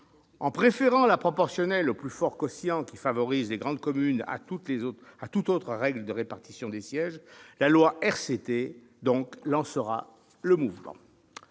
en préférant la proportionnelle au plus fort quotient, qui favorise les grandes communes, à toute autre règle de répartition des sièges, la loi RCT a lancé le mouvement.